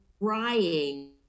crying